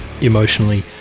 emotionally